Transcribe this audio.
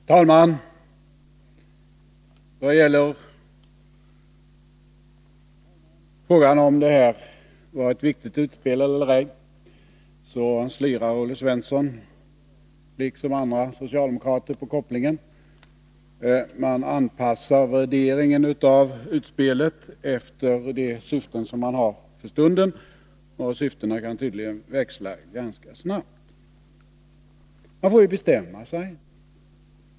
Herr talman! När det gäller frågan huruvida det här var ett viktigt utspel eller ej slirar Olle Svensson liksom andra socialdemokrater på kopplingen. Man anpassar värderingen av utspelet efter de syften man har för stunden, och syftena kan tydligen växla ganska snabbt. Men man får lov att bestämma sig.